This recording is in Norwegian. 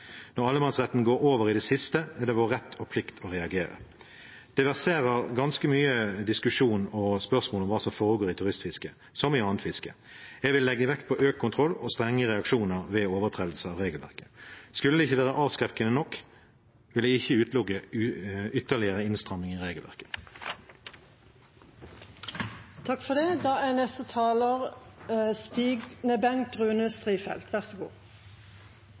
Når allemannsretten går over i det siste, er det vår rett og plikt å reagere. Det verserer ganske mange spørsmål og er mye diskusjon om hva som foregår i turistfisket, som i annet fiske. Jeg vil legge vekt på økt kontroll og strenge reaksjoner ved overtredelse av regelverket. Skulle det ikke være avskrekkende nok, vil jeg ikke utelukke ytterligere innstramninger av regelverket. Jeg vil takke komiteen for samarbeidet i